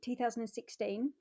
2016